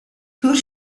төр